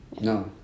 no